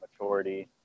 maturity